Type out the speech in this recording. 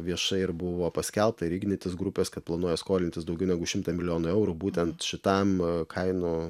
viešai buvo ir paskelbta ir ignitis grupės kad planuoja skolintis daugiau negu šimtą milijonų eurų būtent šitam kainų